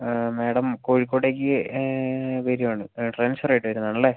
ആ മാഡം കോഴിക്കോടേക്ക് വരുകയാണ് ട്രാൻസ്ഫർ ആയിട്ട് വരുന്നതാണല്ലേ